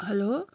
hello